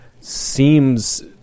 seems